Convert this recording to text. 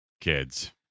kids